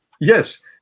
Yes